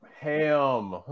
ham